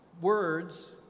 words